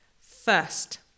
first